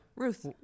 Ruth